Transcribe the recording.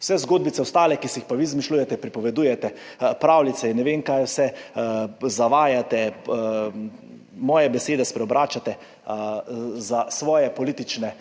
ostale zgodbice, ki si jih pa vi izmišljujete, pripovedujete pravljice in ne vem kaj vse, zavajate, moje besede spreobračate za svoje politične